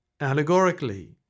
allegorically